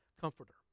comforter